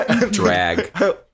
Drag